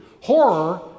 horror